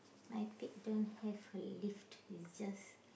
my pig don't have her leaf it's just